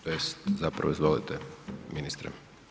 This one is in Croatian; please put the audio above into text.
Tj. zapravo izvolite ministre.